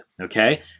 okay